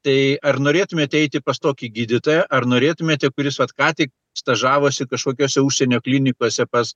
tai ar norėtumėt eiti pas tokį gydytoją ar norėtumėte kuris vat ką tik stažavosi kažkokiose užsienio klinikose pas